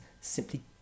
simply